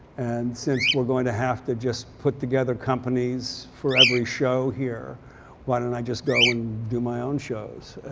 and since we're going to have to just put together companies for every show here why don't i just go and do my own shows?